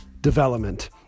development